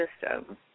system